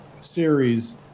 series